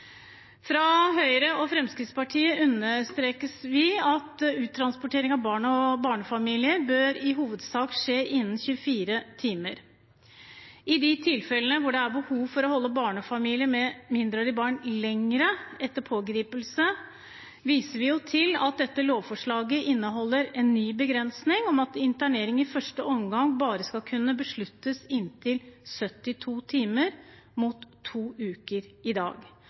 Høyre og Fremskrittspartiet understreker at uttransportering av barn og barnefamilier i hovedsak bør skje innen 24 timer. I de tilfellene det er behov for å holde barnefamilier med mindreårige barn lenger etter pågripelse, viser vi til at dette lovforslaget inneholder en ny begrensning om at internering i første omgang bare skal kunne besluttes i inntil 72 timer, mot to uker i dag.